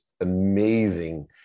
amazing